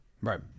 Right